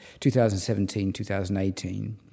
2017-2018